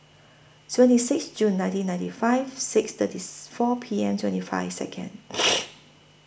seventy six Jun nineteen ninety five six thirtieth four P M twenty five Second